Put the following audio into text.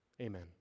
Amen